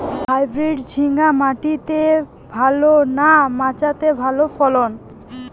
Hybrid ঝিঙ্গা মাটিতে ভালো না মাচাতে ভালো ফলন?